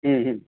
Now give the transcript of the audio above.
ہوں ہوں